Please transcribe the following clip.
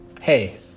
hey